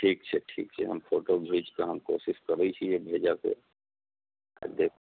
ठीक ठीक छै हम फोटो भेजके हम कोशिश करैत छियै भेजऽके आ जे